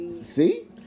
see